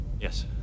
Yes